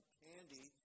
candy